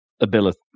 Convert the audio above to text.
ability